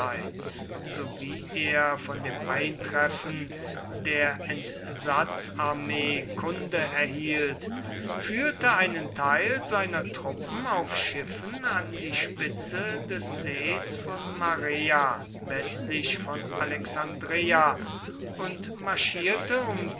sowie er von dem eintreffen der entsatzarmee kunde erhielt führte einen teil seiner truppen auf schiffen an die spitze des sees von marea westlich von alexandreia und marschierte um